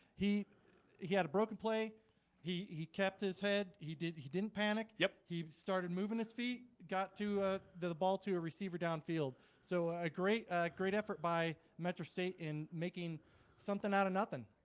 he he had a broken play he he kept his head. he did. he didn't panic. yep. he started moving his feet got to the ball to a receiver downfield so a great great effort by metro state in making something out of nothing.